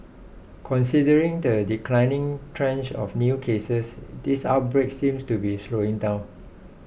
considering the declining trends of new cases this outbreak seems to be slowing down